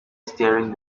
steering